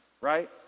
Right